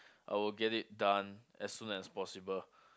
I will get it done as soon as possible